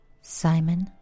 Simon